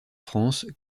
france